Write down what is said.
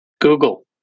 Google